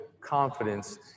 confidence